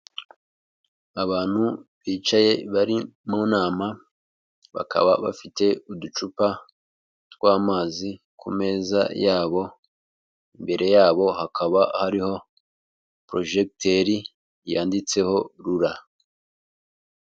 Abantu bicaye bari mu nama bakaba bafite uducupa tw'amazi ku meza yabo, imbere yabo hakaba hariho porojegiteri yanditseho RURA.